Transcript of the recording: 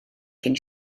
cyn